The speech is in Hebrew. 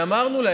ואמרנו: